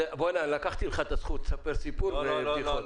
לקחתי לך את הזכות לספר סיפור ובדיחות.